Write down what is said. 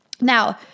Now